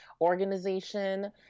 organization